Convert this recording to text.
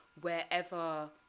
wherever